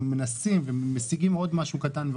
אנחנו ממשיכים בדיונים על חוק ההסדרים,